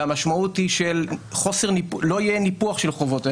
והמשמעות היא שלא יהיה ניפוח של חובות,